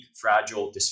fragile